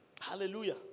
Hallelujah